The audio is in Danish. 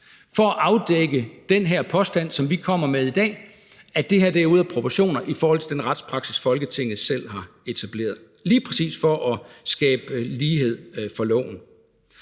for at afdække den her påstand, som vi kommer med i dag, om, at det her er ude af proportioner i forhold til den retspraksis, Folketinget selv har etableret, altså lige præcis for at skabe lighed for loven.